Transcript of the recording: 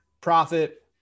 profit